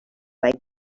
like